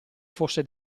fosse